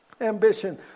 ambition